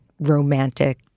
romantic